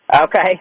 Okay